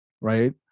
right